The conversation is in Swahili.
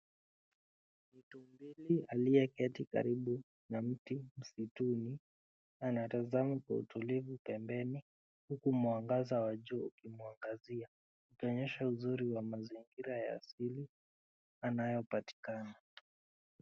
Tumbili aliyeketi karibu na mti msituni anatazama kwa utulivu pembeni huku mwangaza wa jua ukimwangazia ukionyesha uzuri wa mazingira ya asili anayopatikana.